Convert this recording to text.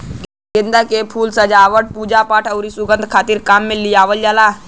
गेंदा के फूल सजावट, पूजापाठ आउर सुंगध खातिर काम में लियावल जाला